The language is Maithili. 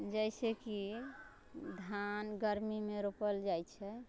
जैसेकि धान गरमीमे रोपल जाइत छै